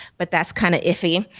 but that's kind of iffy.